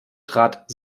trat